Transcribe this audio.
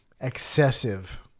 excessive